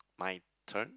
my turn